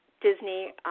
Disney